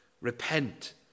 repent